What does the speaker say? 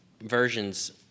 versions